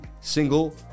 single